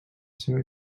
seva